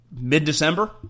Mid-December